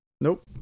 nope